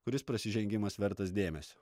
kuris prasižengimas vertas dėmesio